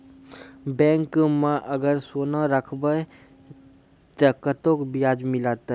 Bank माई अगर सोना राखबै ते कतो ब्याज मिलाते?